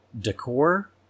decor